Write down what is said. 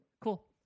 Cool